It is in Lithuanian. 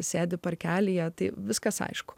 sėdi parkelyje tai viskas aišku